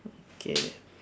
okay